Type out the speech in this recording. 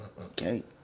Okay